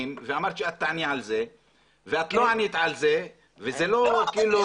ואמרת שאת תעני על זה ואת לא ענית על זה וזה לא כאילו,